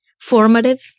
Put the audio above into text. formative